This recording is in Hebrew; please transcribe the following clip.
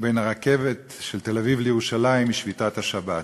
בין הרכבת של תל-אביב לירושלים הוא שביתת השבת.